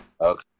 Okay